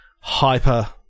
hyper